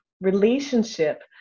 relationship